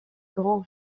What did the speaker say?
grand